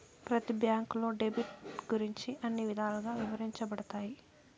ప్రతి బ్యాంకులో డెబిట్ గురించి అన్ని విధాలుగా ఇవరించబడతాయి